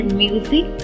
music